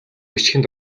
бичгийн